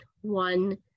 one